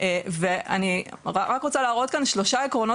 ואני רק רוצה להראות כאן שלושה עקרונות